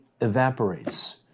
evaporates